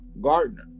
Gardner